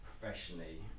Professionally